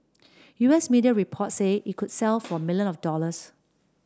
U S media reports say it could sell for million of dollars